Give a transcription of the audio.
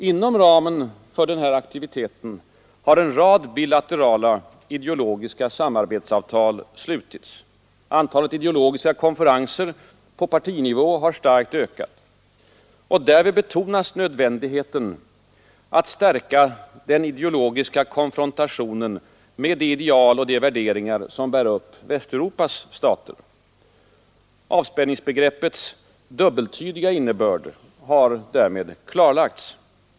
Inom ramen för denna aktivitet har en rad bilaterala ideologiska samarbetsavtal slutits. Antalet ideologiska konferenser på partinivå har starkt ökat. Därvid betonas nödvändigheten av att stärka den ideologiska konfrontationen med de ideal och de värderingar som bär upp Västeuropas stater. Avspänningsbegreppets dubbeltydiga innebörd har därmed klarlagts.